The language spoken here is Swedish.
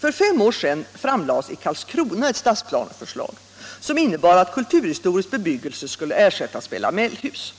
För fem år sedan framlades i Karlskrona ett stadsplaneförslag, som innebar att kulturhistorisk bebyggelse skulle ersättas med lamellhus.